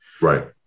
right